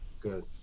Good